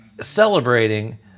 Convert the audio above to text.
celebrating